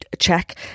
check